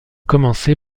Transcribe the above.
commencer